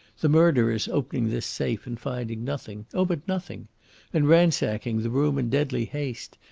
the murderers opening this safe and finding nothing oh, but nothing and ransacking the room in deadly haste,